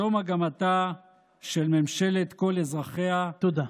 זו מגמתה של ממשלת כל אזרחיה, תודה.